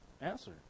answer